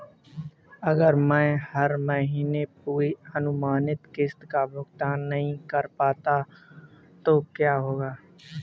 अगर मैं हर महीने पूरी अनुमानित किश्त का भुगतान नहीं कर पाता तो क्या होगा?